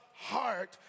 heart